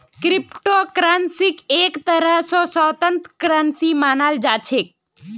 crypto करन्सीक एक तरह स स्वतन्त्र करन्सी मानाल जा छेक